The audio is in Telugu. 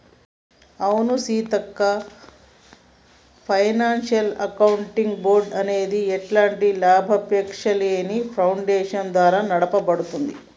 అవును సీతక్క ఫైనాన్షియల్ అకౌంటింగ్ బోర్డ్ అనేది ఎలాంటి లాభాపేక్షలేని ఫాడేషన్ ద్వారా నడపబడుతుంది